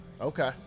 okay